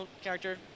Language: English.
character